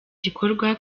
gikorwa